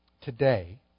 today